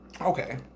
Okay